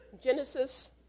Genesis